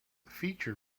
feature